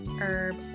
Herb